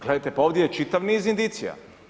Gledajte pa ovdje je čitav niz indicija.